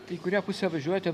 tai į kurią pusę važiuoti